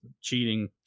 cheating